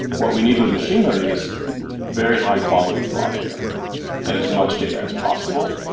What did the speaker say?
what we need with machine learning is very high-quality raw data and as much data as possible,